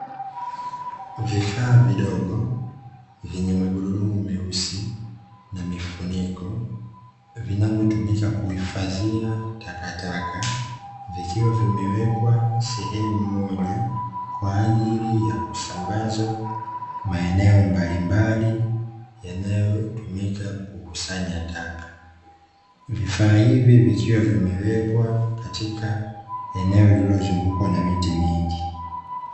Vifaa vidogo vyenye magurudumu meusi na mifuniko, vinavyotumika kuhifadhia takataka, vikiwa vimewekwa sehemu moja, kwa ajili ya kusambazwa maeneo mbalimbali, yanayotumika kukusanya taka. Vifaa hivi vikiwa vimewekwa katika eneo lililozungukwa na miti mingi.